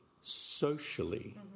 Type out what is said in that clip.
socially